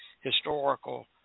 Historical